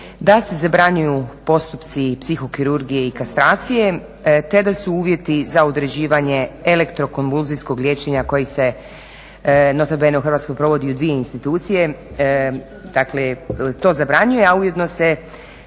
Da se zabranjuju postupci psihokirurgije i kastracije te da su uvjeti za određivanje … liječenja koji se … u Hrvatskoj provodi u dvije institucije, dakle to zabranjuje, a ujedno se